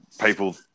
people